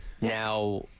now